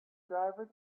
driver